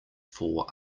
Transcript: fore